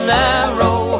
narrow